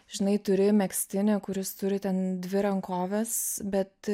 žinai turi megztinį kuris turi ten dvi rankoves bet